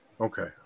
Okay